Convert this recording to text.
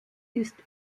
ist